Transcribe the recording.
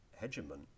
hegemon